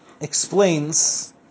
explains